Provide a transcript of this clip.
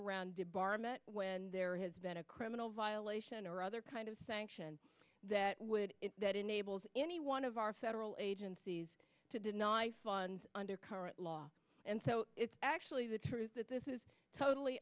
debarment when there has been a criminal violation or other kind of sanction that would that enables any one of our federal agencies to deny funds under current law and so it's actually the truth that this is totally